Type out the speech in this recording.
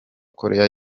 koreya